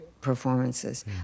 performances